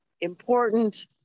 important